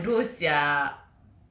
bodoh sia